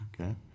Okay